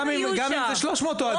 גם אם זה 300 אוהדים.